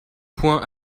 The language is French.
points